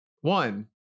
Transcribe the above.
one